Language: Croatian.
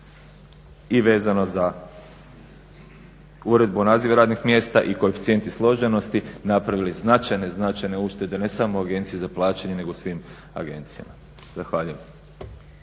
i vezano za Uredbu o nazivu radnih mjesta i koeficijenti složenosti napravili značajne, značajne uštede, ne samo Agenciji za plaćanje nego svim agencijama. Zahvaljujem.